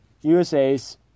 USA's